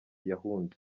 yahunze